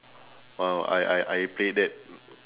!wow! I I I played that